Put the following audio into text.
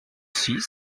six